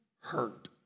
hurt